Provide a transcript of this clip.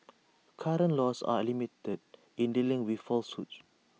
current laws are limited in dealing with falsehoods